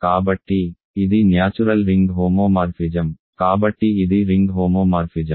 కాబట్టి ఇది natural ring homomorphism కాబట్టి ఇది రింగ్ హోమోమార్ఫిజం